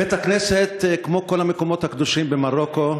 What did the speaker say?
בית-הכנסת, כמו כל המקומות הקדושים במרוקו,